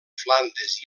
flandes